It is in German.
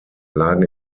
lagen